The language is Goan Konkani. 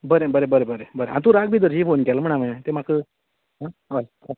बरें बरें बरें बरें आ तूं राग बी धरशीं तुका फोन केलो म्हण हांवेंन ते म्हाका हय